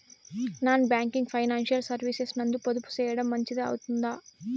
Non banking financial services నందు పొదుపు సేయడం మంచిది అవుతుందా?